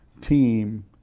team